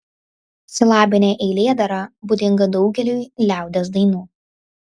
silabinė eilėdara būdinga daugeliui liaudies dainų